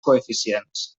coeficients